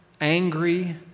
angry